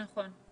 נכון.